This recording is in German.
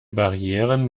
barrieren